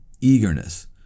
eagerness